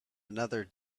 another